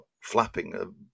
flapping